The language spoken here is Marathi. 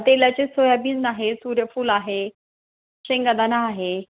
तेलाचे सोयाबीन आहे सूर्यफूल आहे शेंगदाणा आहे